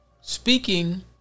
speaking